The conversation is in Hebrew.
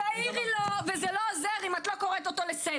את תעירי לו וזה לא עוזר אם את לא קוראת אותו לסדר.